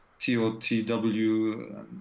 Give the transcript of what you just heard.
TOTW